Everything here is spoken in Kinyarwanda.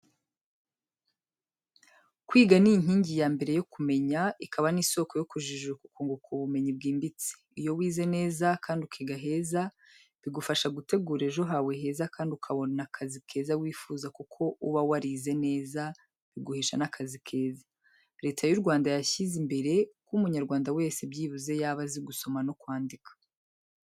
Kwiga ni inkingi ya mbere yo kumenya, ikaba n'isoko yo kujijuka ukunguka ubumenyi bwimbitse. Iyo wize neza kandi ukiga heza bigufasha gutegura ejo hawe heza kandi ukabona akazi keza wifuza kuko uba warize neza biguhesha n'akazi keza. Leta y'u Rwanda yashyize imbere ko Umunyarwanda wese byibuze yaba azi gusoma no kwandika.